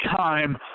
time